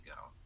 go